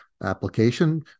Application